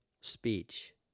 speech